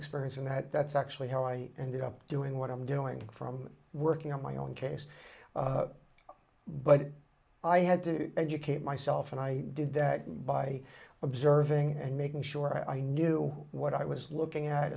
experience in that that's actually how i ended up doing what i'm doing from working on my own case but i had to educate myself and i did that by observing and making sure i knew what i was looking at